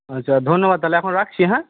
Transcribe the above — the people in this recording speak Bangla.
আচ্ছা ধন্যবাদ তাহলে এখন রাখছি হ্যাঁ